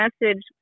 message